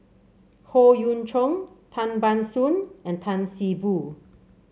Howe Yoon Chong Tan Ban Soon and Tan See Boo